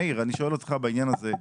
מאיר, אני שואל אותך בעניין הזה.